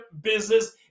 business